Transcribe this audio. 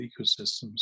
ecosystems